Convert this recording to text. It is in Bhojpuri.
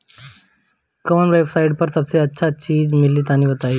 कवन वेबसाइट पर सबसे अच्छा बीज मिली तनि बताई?